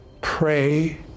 Pray